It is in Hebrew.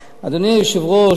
אדוני היושב-ראש,